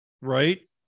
right